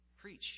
preach